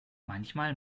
manchmal